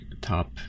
top